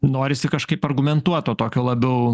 norisi kažkaip argumentuoto tokio labiau